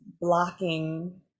blocking